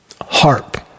HARP